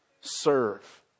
serve